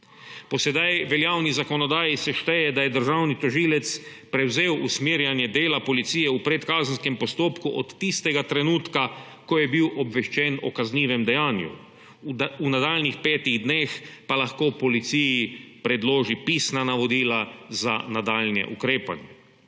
Po sedaj veljavni zakonodaji se šteje, da je državni tožilec prevzel usmerjanje dela policije v predkazenskem postopku od tistega trenutka, ko je bil obveščen o kaznivem dejanju. V nadaljnjih petih dneh pa lahko policiji predloži pisna navodila za nadaljnje ukrepanje.